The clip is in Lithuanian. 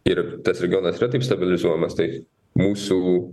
ir tas regionas yra taip stabilizuojamas tai mūsų